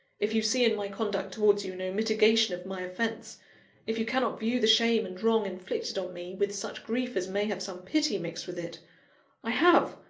if you see in my conduct towards you no mitigation of my offence if you cannot view the shame and wrong inflicted on me, with such grief as may have some pity mixed with it i have,